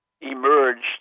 emerged